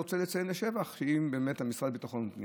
אני רוצה לציין לשבח: אם יש לשר לביטחון פנים